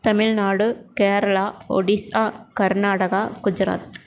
Tamil Nadu Kerala Odisha Karnataka Gujarat